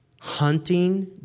hunting